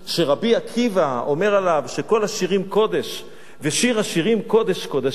שרבי עקיבא אומר עליו שכל השירים קודש ושיר השירים קודש קודשים,